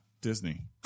Disney